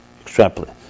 Extrapolate